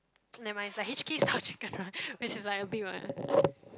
nevermind it's like h_k style chicken right which is like a big one